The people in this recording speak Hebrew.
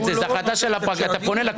ארגון אם תרצו, מתן אשר, בבקשה.